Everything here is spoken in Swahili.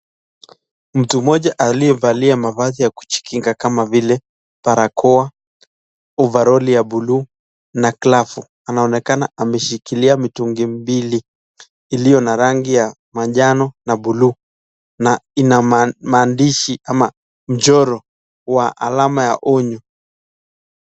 Mtu mmoja aliyevalia mavazi ya kujikinga kama vile barakoa, ovaroli ya buluu na glavu anaonekana ameshikilia mitungi mbili iliyo na rangi ya manjano na buluu na ina maandishi ama mchoro wa alama ya onyo.